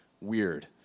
weird